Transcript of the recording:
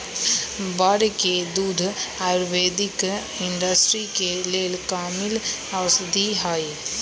बड़ के दूध आयुर्वैदिक इंडस्ट्री के लेल कामिल औषधि हई